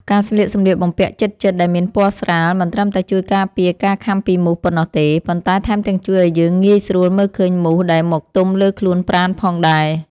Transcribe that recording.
ការស្លៀកសម្លៀកបំពាក់ជិតៗដែលមានពណ៌ស្រាលមិនត្រឹមតែជួយការពារការខាំពីមូសប៉ុណ្ណោះទេ ប៉ុន្តែថែមទាំងជួយឱ្យយើងងាយស្រួលមើលឃើញមូសដែលមកទុំលើខ្លួនប្រាណផងដែរ។